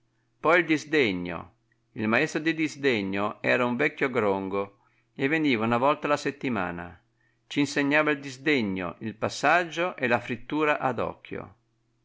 poi il disdegno il maestro di disdegno era un vecchio grongo e veniva una volta la settimana c'insegnava il disdegno il passaggio e la frittura ad occhio